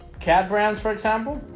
cat brands for example